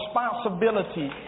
responsibility